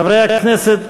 חברי הכנסת,